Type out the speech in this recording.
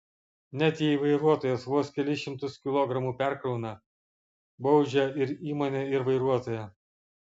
net jei vairuotojas vos kelis šimtus kilogramų perkrauna baudžia ir įmonę ir vairuotoją